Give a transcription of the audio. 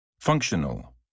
Functional